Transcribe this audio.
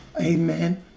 Amen